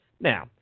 Now